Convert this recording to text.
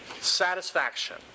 Satisfaction